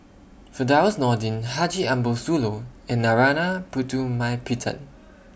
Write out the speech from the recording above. Firdaus Nordin Haji Ambo Sooloh and Narana Putumaippittan